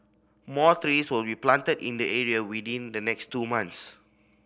more trees will be planted in the area within the next two months